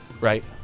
Right